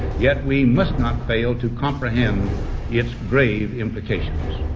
yet we must not fail to comprehend its grave implications.